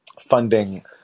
funding